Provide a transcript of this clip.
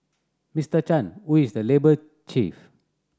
Mister Chan who is the labour chief